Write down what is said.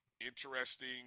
interesting